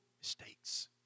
mistakes